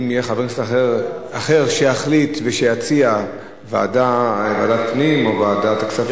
אם יהיה חבר כנסת אחר שיחליט ויציע ועדת הפנים או ועדת הכספים,